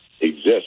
exist